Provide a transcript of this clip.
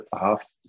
half